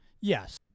yes